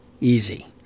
easy